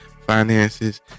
finances